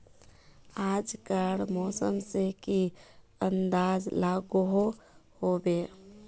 आज कार मौसम से की अंदाज लागोहो होबे?